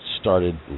started